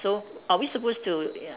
so are we supposed to ya